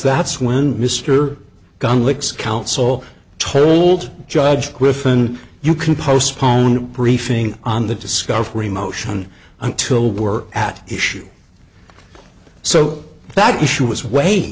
that's when mr gunn licks counsel told judge griffin you can postpone briefing on the discovery motion until we're at issue so that issue wa